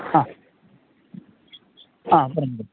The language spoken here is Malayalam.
ആ ആ പറഞ്ഞോ